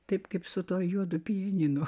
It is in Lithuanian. taip kaip su tuo juodu pianinu